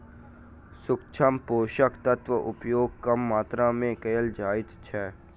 सूक्ष्म पोषक तत्वक उपयोग कम मात्रा मे कयल जाइत छै